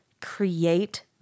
create